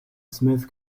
smith